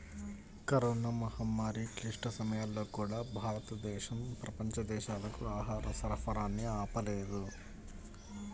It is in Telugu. కరోనా మహమ్మారి క్లిష్ట సమయాల్లో కూడా, భారతదేశం ప్రపంచ దేశాలకు ఆహార సరఫరాని ఆపలేదు